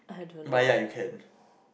but yeah you can